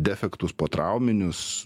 defektus potrauminius